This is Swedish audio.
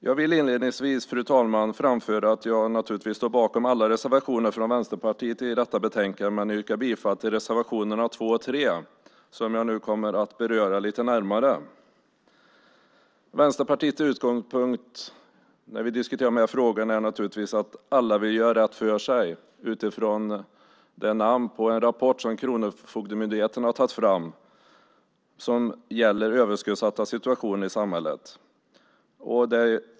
Jag vill inledningsvis, fru talman, framföra att jag naturligtvis står bakom alla Vänsterpartiets reservationer. Men jag yrkar bifall till reservationerna 2 och 3 som jag kommer att beröra lite närmare. Vänsterpartiets utgångspunkt när vi diskuterar dessa frågor är att alla vill göra rätt för sig. Det är även namnet på en rapport som Kronofogdemyndigheten har lagt fram som gäller överskuldsattas situation i samhället.